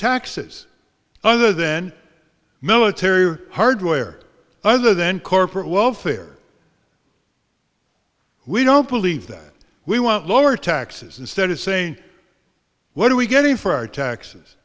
taxes other than military hardware other than corporate welfare we don't believe that we want lower taxes instead of saying what are we getting for our taxes